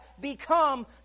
become